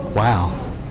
Wow